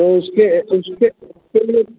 तो उसके उसके उसके लिए